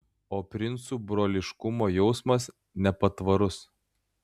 o princų broliškumo jausmas nepatvarus